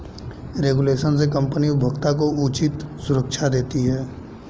regulation से company उपभोक्ता को उचित सुरक्षा देती है